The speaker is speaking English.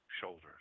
shoulders